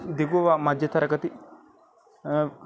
దిగువ మధ్య తరగతి